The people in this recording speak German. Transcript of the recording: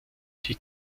die